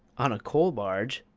on a coal barge!